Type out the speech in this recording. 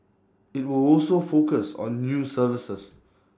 IT will also focus on new services